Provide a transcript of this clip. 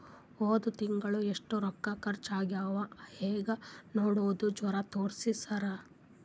ಹೊದ ತಿಂಗಳ ಎಷ್ಟ ರೊಕ್ಕ ಖರ್ಚಾ ಆಗ್ಯಾವ ಹೆಂಗ ನೋಡದು ಜರಾ ತೋರ್ಸಿ ಸರಾ?